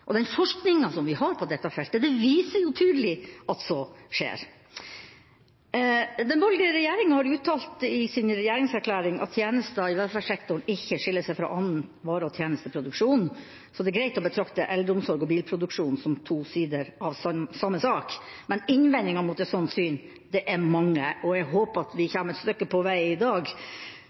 Den forskninga vi har på dette feltet, viser tydelig at så skjer. Den borgerlige regjeringa har uttalt i sin regjeringserklæring at tjenester i velferdssektoren ikke skiller seg fra annen vare- og tjenesteproduksjon, så det er greit å betrakte eldreomsorg og bilproduksjon som to sider av samme sak. Men innvendingene mot et slikt syn er mange, og jeg håper at vi kommer et stykke på vei i dag